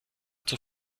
zur